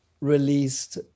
released